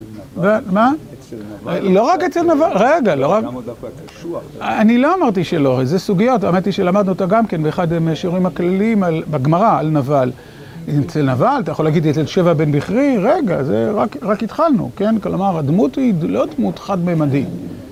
מה? אצל נבל - לא רק אצל נבל, רגע, לא, אני לא אמרתי שלא, איזה סוגיות, אמרתי שלמדנו אותה גם כן באחד מהשיעורים הכלליים בגמרא על נבל, אצל נבל, אתה יכול להגיד אצל שבע בן בכרי, רגע, רק התחלנו, כן? כלומר הדמות היא לא דמות חד-ממדית